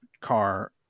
car